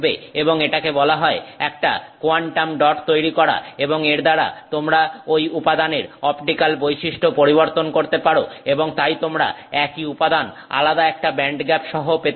এবং এটাকে বলা হয় একটা কোয়ান্টাম ডট তৈরি করা এবং এর দ্বারা তোমরা ঐ উপাদানের অপটিক্যাল বৈশিষ্ট্য পরিবর্তন করতে পারো এবং তাই তোমরা একই উপাদান আলাদা একটা ব্যান্ডগ্যাপসহ পেতে পারো